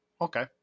okay